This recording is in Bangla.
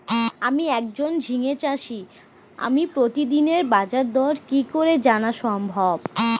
আমি একজন ঝিঙে চাষী আমি প্রতিদিনের বাজারদর কি করে জানা সম্ভব?